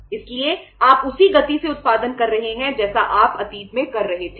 इसलिए आप उसी गति से उत्पादन कर रहे हैं जैसा आप अतीत में कर रहे थे